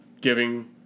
giving